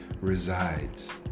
resides